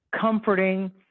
comforting